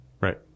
Right